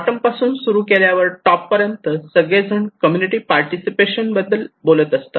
bottom पासून सुरू केल्यावर टॉप पर्यंत सगळेजण कम्युनिटी पार्टिसिपेशन बद्दल बोलत असतात